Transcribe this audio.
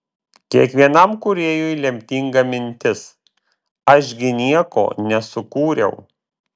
kiekvienam kūrėjui lemtinga mintis aš gi nieko nesukūriau